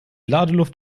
ladeluft